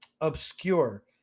obscure